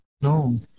No